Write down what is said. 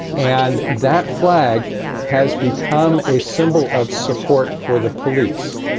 and that flag has become a symbol of support for the police.